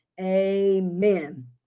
amen